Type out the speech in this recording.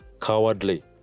cowardly